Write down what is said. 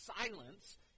silence